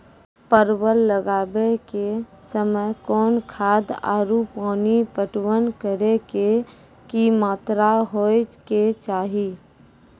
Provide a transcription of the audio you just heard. परवल लगाबै के समय कौन खाद आरु पानी पटवन करै के कि मात्रा होय केचाही?